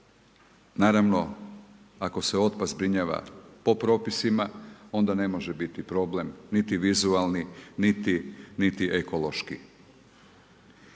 Naravno, ako se otpad zbrinjava po propisima, onda ne može biti problem niti vizualni niti ekološki.